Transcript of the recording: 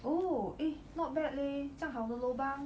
oh eh not bad leh 这样好的 lobang